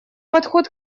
подход